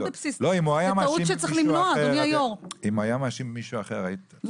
אם היה מאשים מישהו אחר,